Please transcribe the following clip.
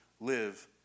live